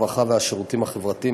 הרווחה והשירותים החברתיים,